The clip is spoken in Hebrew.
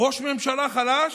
ראש ממשלה חלש?